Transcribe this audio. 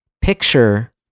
picture